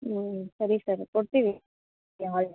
ಹ್ಞೂ ಸರಿ ಸರಿ ಕೊಡ್ತೀವಿ